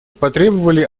потребовали